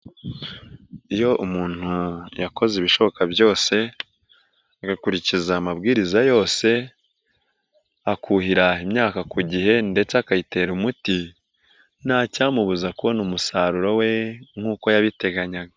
Iyo umuntu yakoze ibishoboka byose agakurikiza amabwiriza yose akuhira imyaka ku gihe ndetse akayitera umuti, ntacyamubuza kubona umusaruro we, nk'uko yabiteganyaga.